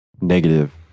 negative